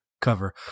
cover